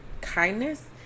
Kindness